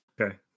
Okay